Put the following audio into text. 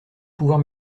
pouvoir